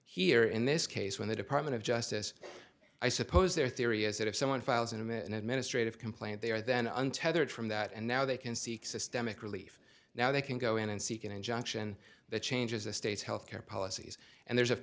here in this case when the department of justice i suppose their theory is that if someone files intimate an administrative complaint they are then untethered from that and now they can seek systemic relief now they can go in and seek an injunction that changes the state's health care policies and there's of